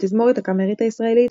התזמורת הקאמרית הישראלית,